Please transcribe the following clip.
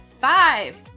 five